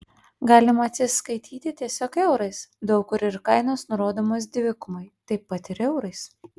galime atsiskaityti tiesiog eurais daug kur ir kainos nurodomos dvigubai taip pat ir eurais